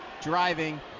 driving